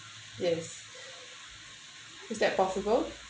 yes is that possible